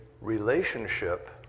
relationship